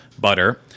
butter